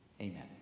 amen